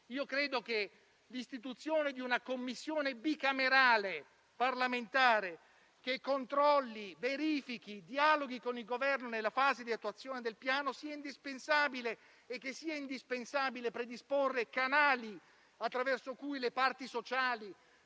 Credo che l'istituzione di una Commissione parlamentare bicamerale che controlli, verifichi e dialoghi con il Governo nella fase di attuazione del Piano sia indispensabile, così come indispensabile è predisporre canali attraverso cui le parti sociali,